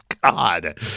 God